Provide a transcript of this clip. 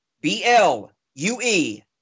B-L-U-E